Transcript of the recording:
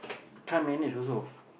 can't manage also